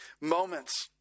moments